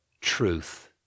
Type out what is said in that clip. truth